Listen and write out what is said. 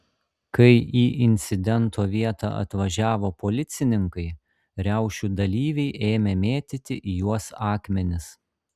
kai į incidento vietą atvažiavo policininkai riaušių dalyviai ėmė mėtyti į juos akmenis